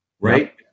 Right